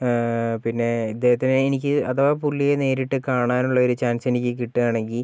പിന്നെ ഇദ്ദേഹതിനെ എനിക്ക് അഥവ പുള്ളിയെ നേരിട്ട് കാണാനുള്ള ഒരു ചാൻസ് എനിക്ക് കിട്ടുവാണെങ്കിൽ